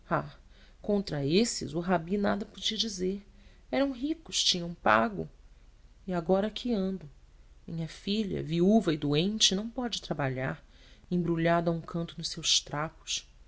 contra esses o rabi nada podia dizer eram ricos tinham pago e agora aqui ando minha filha viúva e doente não pode trabalhar embrulhada a um canto nos seus